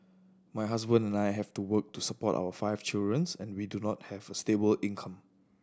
my husband and I have to work to support our five children's and we do not have a stable income